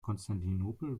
konstantinopel